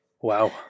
Wow